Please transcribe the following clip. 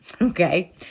okay